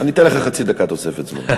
אני אתן לך חצי דקה תוספת זמן.